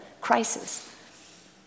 crisis